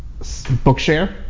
Bookshare